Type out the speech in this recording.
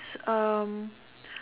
um